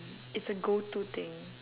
it's a go to thing